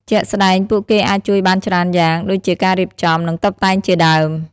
ជាក់ស្តែង ពួកគេអាចជួយបានច្រើនយ៉ាង ដូចជាការរៀបចំ និងតុបតែងជាដើម។